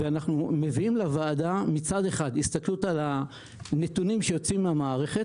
אנחנו מביאים לוועדה מצד אחד הסתכלות על הנתונים שיוצאים מהמערכת,